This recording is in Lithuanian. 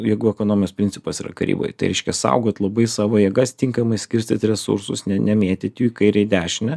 jėgų ekonomijos principas yra karyboj tai reiškia saugot labai savo jėgas tinkamai skirstyt resursus ne nemėtyti jų į kairę į dešinę